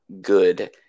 good